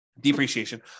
depreciation